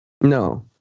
No